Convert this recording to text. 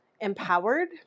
empowered